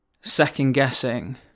second-guessing